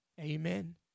Amen